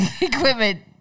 equipment